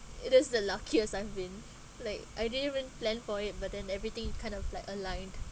it is the luckiest I've been like I didn't even plan for it but then everything kind of like aligned